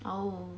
oh